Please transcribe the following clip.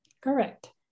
Correct